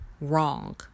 wrong